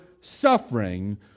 suffering